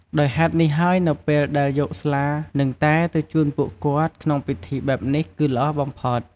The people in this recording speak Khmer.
ដោយហេតុនេះហើយនៅពេលដែលយកស្លានិងតែទៅជូនពួកគាត់ក្នុងពិធីបែបនេះគឺល្អបំផុត។